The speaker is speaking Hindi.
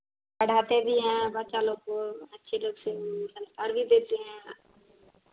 पढ़ाते भी हैं बच्चा लोग को अच्छी लोग से संस्कार भी देते हैं